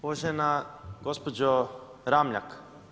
Uvažena gospođo Ramljak.